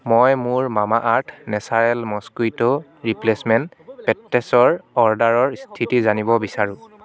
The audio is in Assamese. মই মোৰ মামাআৰ্থ নেচাৰেল মস্কুইট' ৰিপ্লেচ্মেণ্ট পেট্টেছৰ অৰ্ডাৰৰ স্থিতি জানিব বিচাৰোঁ